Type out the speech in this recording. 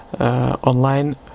Online